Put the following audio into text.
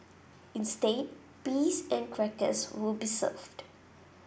instead peas and crackers will be served